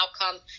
outcome